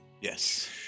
Yes